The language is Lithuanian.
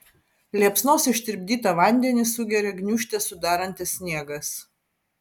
liepsnos ištirpdytą vandenį sugeria gniūžtę sudarantis sniegas